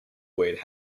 weighed